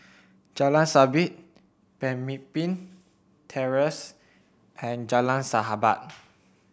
Jalan Sabit Pemimpin Terrace and Jalan Sahabat